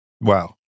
Wow